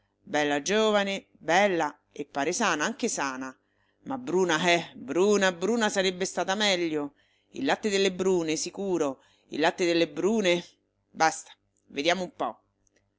bella giovane bella e pare sana anche sana ma bruna eh bruna bruna sarebbe stata meglio il latte delle brune sicuro il latte delle brune basta vediamo un po